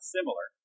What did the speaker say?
Similar